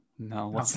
No